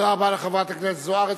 תודה רבה לחברת הכנסת זוארץ.